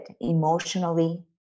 emotionally